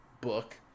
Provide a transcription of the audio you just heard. book